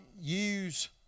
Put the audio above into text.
use